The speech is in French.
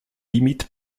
limites